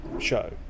show